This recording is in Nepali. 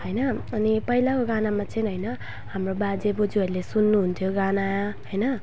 होइन अनि पहिलाको गानामा चाहिँ होइन हाम्रो बाजे बोजूहरूले सुन्नु हुन्थ्यो गाना होइन